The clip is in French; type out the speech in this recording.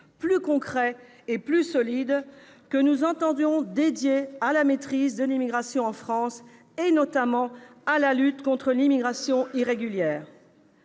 plus concret et plus solide, que nous entendons faire servir à la maîtrise de l'immigration en France, notamment à la lutte contre l'immigration irrégulière.